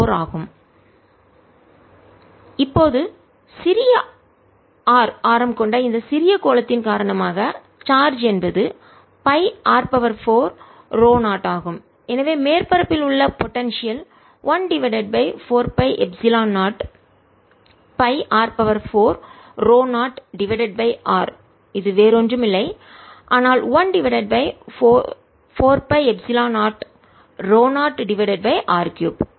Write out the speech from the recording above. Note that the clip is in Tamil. r0r qr0r4πr2dr0r4π00rr3drπ0r4 Qπ0r4 இப்போது சிறிய r ஆரம் கொண்ட இந்த சிறிய கோளத்தின் காரணமாக சார்ஜ் என்பது pi r 4 ρ0 ஆகும் எனவே மேற்பரப்பில் உள்ள potential 1 divided by 4 pi epsilon 0 pi r 4 ρ0 divided by r இது வேறு ஒன்றுமில்லை ஆனால் 1 divided by 4 pi epsilon 0 ρ0 divided by r 3